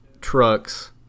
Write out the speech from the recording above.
trucks